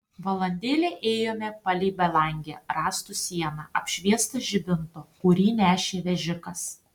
valandėlę ėjome palei belangę rąstų sieną apšviestą žibinto kurį nešė vežikas